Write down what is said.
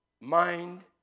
mind